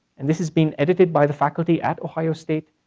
and this is being edited by the faculty at ohio state.